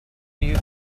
you